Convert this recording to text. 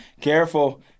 Careful